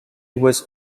was